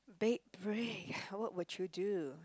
what would you do